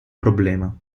problema